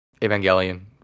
Evangelion